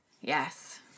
Yes